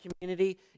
community